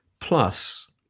Plus